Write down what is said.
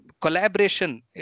collaboration